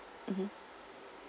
mmhmm